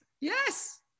yes